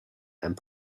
and